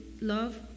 love